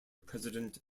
president